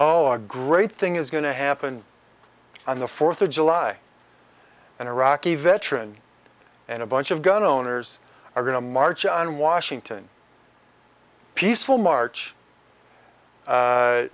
oh a great thing is going to happen on the fourth of july and iraqi veterans and a bunch of gun owners are going to march on washington peaceful march